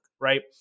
right